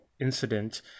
incident